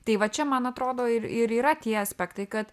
tai va čia man atrodo ir ir yra tie aspektai kad